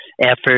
effort